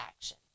action